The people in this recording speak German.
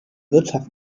wirtschaft